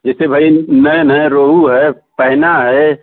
जैसे भाई नैन है रोहू है पैना है